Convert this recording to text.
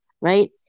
right